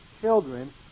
children